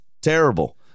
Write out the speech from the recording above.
terrible